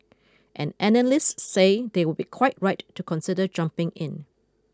and analysts say they would be quite right to consider jumping in